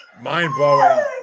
mind-blowing